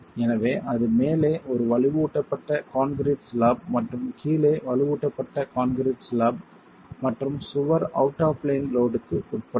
எனவே அது மேலே ஒரு வலுவூட்டப்பட்ட கான்கிரீட் ஸ்லாப் மற்றும் கீழே வலுவூட்டப்பட்ட கான்கிரீட் ஸ்லாப் மற்றும் சுவர் அவுட் ஆப் பிளேன் லோட்க்கு உட்பட்டது